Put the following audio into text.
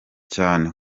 cyane